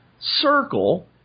circle